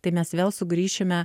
tai mes vėl sugrįšime